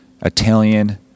Italian